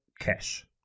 cash